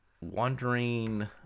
wondering